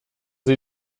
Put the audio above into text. sie